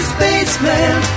Spaceman